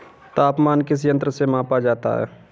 तापमान किस यंत्र से मापा जाता है?